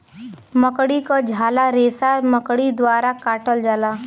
मकड़ी क झाला रेसा मकड़ी द्वारा काटल जाला